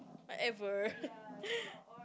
whatever